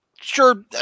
Sure